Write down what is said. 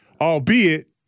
albeit